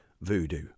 voodoo